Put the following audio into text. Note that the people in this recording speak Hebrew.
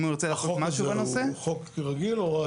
אם הוא ירצה משהו בנושא --- מה זה?